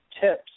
tips